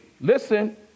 listen